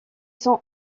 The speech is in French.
sont